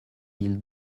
mille